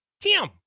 tim